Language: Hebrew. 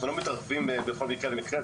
אנחנו לא מתערבים בכל מקרה ומקרה,